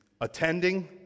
attending